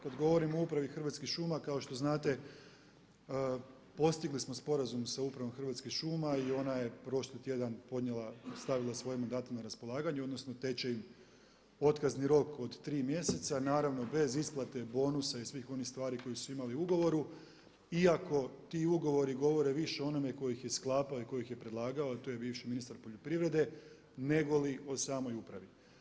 Kada govorimo o upravi Hrvatskih šuma kao što znate, postigli smo sporazum sa upravom Hrvatskih šuma i ona je prošli tjedan podnijela, stavila svoje mandate na raspolaganje, odnosno teče im otkazni rok od 3 mjeseca, naravno bez isplate bonusa i svih oni stvari koje su imali u ugovoru iako ti ugovori govore više o onome tko ih je sklapa i tko ih je predlagao a to je bivši ministar poljoprivrede nego li o samoj upravi.